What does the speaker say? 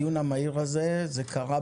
הדיון הזה גם היה